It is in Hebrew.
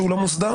שהוא לא מוסדר,